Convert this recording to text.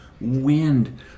wind